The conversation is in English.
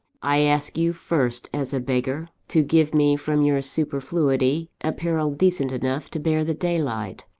i ask you, first, as a beggar, to give me from your superfluity, apparel decent enough to bear the daylight.